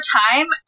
time